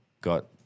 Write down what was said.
got